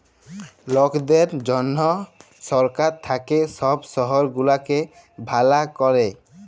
লকদের জনহ সরকার থাক্যে সব শহর গুলাকে ভালা ক্যরে